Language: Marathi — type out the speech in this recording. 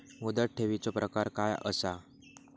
मुदत ठेवीचो प्रकार काय असा?